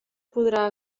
podrà